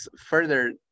further